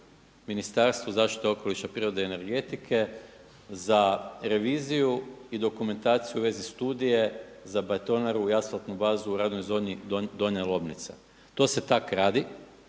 Ministarstvu zaštite okoliša, prirode i energetike za reviziju i dokumentaciju u vezi studije za betonaru i asfaltnu bazu u radnoj zoni Donja Lomnica. To se tako radi